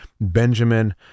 Benjamin